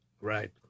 Right